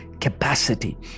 capacity